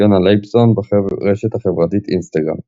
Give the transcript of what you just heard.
יונה לייבזון, ברשת החברתית אינסטגרם